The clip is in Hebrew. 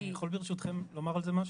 אני יכול ברשותכן לומר על זה משהו?